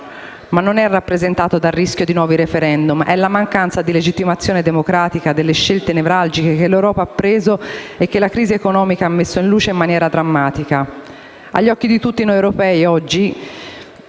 ma non è rappresentato dal rischio di nuovi *referendum*. È la mancanza di legittimazione democratica delle scelte nevralgiche che l'Europa ha preso e che la crisi economica ha messo in luce in maniera drammatica. Agli occhi di tutti noi europei, oggi,